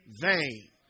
vain